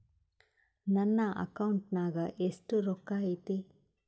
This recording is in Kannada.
ನನ್ನ ಅಕೌಂಟ್ ನಾಗ ಎಷ್ಟು ರೊಕ್ಕ ಐತಿ?